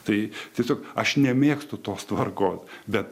tai tiesiog aš nemėgstu tos tvarkos bet